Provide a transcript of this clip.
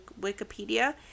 Wikipedia